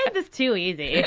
this too easy.